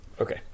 okay